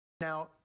Now